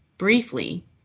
Briefly